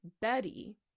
Betty